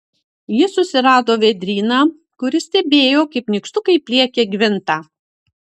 jis susirado vėdryną kuris stebėjo kaip nykštukai pliekia gvintą